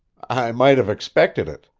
i might have expected it.